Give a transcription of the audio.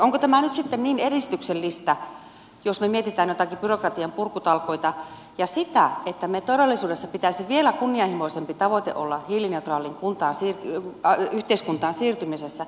onko tämä nyt sitten niin edistyksellistä jos me mietimme joitakin byrokratian purkutalkoita ja sitä että meillä todellisuudessa pitäisi olla vielä kunnianhimoisempi tavoite olla hiljattain kun taas i ll hiilineutraaliin yhteiskuntaan siirtymisessä